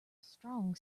strong